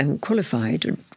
qualified